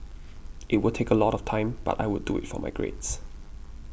it would take a lot of time but I would do it for my grades